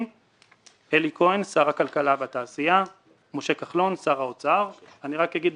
אלי כהן שר הכלכלה והתעשייה משה כחלון שר האוצר אני רק אגיד,